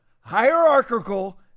Hierarchical